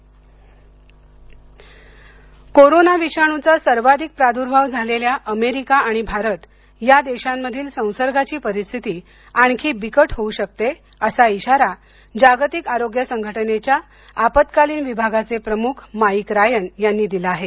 इशारा कोरोना विषाणूचा सर्वाधिक प्रादुर्भाव झालेल्या अमेरिका आणि भारत या देशांमधील संसर्गाची परिस्थिती आणखी बिकट होऊ शकते असा इशारा जागतिक आरोग्य संघटनेच्या आपत्कालीन विभागाचे प्रमुख माईक रायन यांनी दिला आहे